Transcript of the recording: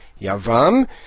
Yavam